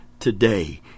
Today